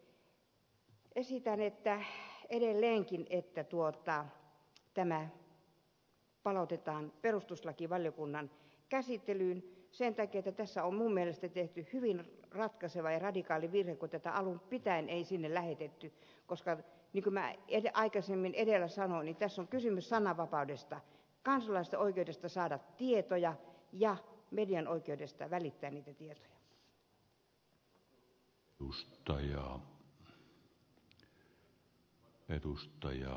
esitän edelleenkin että tämä palautetaan perustuslakivaliokunnan käsittelyyn sen takia että tässä on minun mielestäni tehty hyvin ratkaiseva ja radikaali virhe kun tätä alun pitäen ei sinne lähetetty koska niin kuin minä aikaisemmin edellä sanoin tässä on kysymys sananvapaudesta kansalaisten oikeudesta saada tietoja ja median oikeudesta välittää niitä tietoja